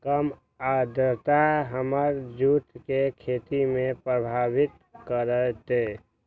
कम आद्रता हमर जुट के खेती के प्रभावित कारतै?